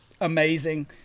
amazing